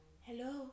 hello